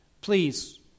please